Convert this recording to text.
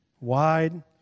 wide